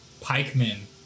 pikemen